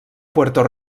puerto